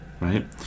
right